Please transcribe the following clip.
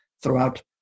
throughout